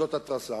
זו התרסה.